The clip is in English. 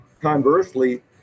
conversely